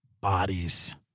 bodies